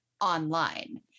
online